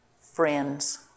friends